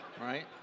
right